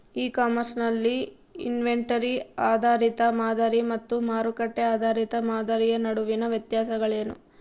E commerce ನಲ್ಲಿ inventory ಆಧಾರಿತ ಮಾದರಿ ಮತ್ತು ಮಾರುಕಟ್ಟೆ ಆಧಾರಿತ ಮಾದರಿಯ ನಡುವಿನ ವ್ಯತ್ಯಾಸಗಳೇನು?